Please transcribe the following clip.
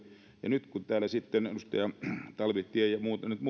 ja nyt kun täällä sitten edustaja talvitie ja muutkin edustaja